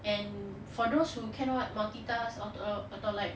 and for those who cannot multitask or or like